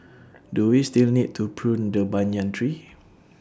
do we still need to prune the banyan tree